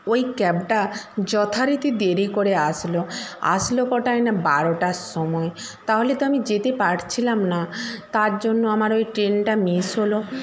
ওই ক্যাবটা যথারীতি দেরি করে আসলো আসলো কটায় না বারোটার সময় তাহলে তো আমি যেতে পারছিলাম না তার জন্য আমার ওই ট্রেনটা মিস হল